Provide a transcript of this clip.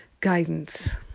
guidance